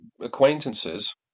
acquaintances